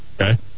Okay